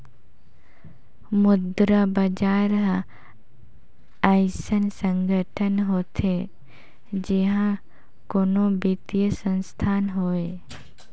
मुद्रा बजार हर अइसन संगठन होथे जिहां कोनो बित्तीय संस्थान होए